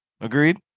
Agreed